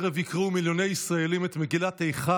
בבקשה.